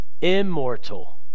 immortal